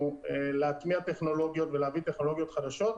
להטמיע טכנולוגיות ולהביא טכנולוגיות חדשות,